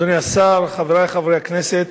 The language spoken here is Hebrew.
תודה לך, אדוני השר, חברי חברי הכנסת,